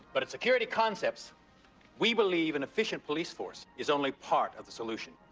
but at security concepts we believe an efficient police force is only part of the solution.